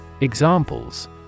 Examples